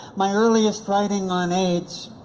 my earliest writing on aids